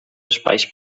espais